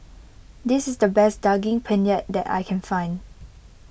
this is the best Daging Penyet that I can find